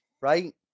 right